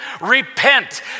repent